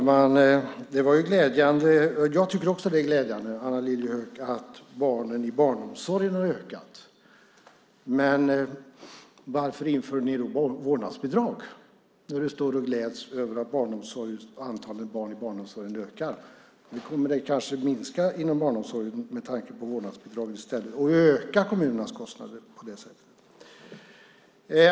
Fru talman! Jag tycker också att det är glädjande att antalet barn i barnomsorgen har ökat, Anna Lilliehöök. Men varför inför ni vårdnadsbidrag, när du står och gläds över att antalet barn i barnomsorgen ökar? Nu kommer det kanske att minska inom barnomsorgen i stället med tanke på vårdnadsbidraget och öka kommunernas kostnader.